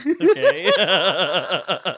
Okay